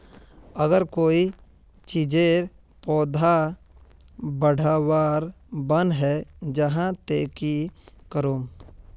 अगर कोई चीजेर पौधा बढ़वार बन है जहा ते की करूम?